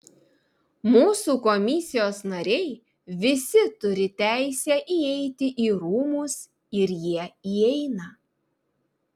mūsų komisijos nariai visi turi teisę įeiti į rūmus ir jie įeina